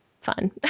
fun